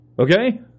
Okay